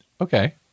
Okay